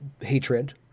hatred –